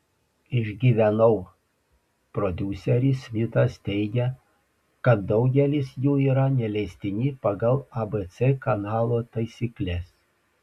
išgyvenau prodiuseris smitas teigia kad daugelis jų yra neleistini pagal abc kanalo taisykles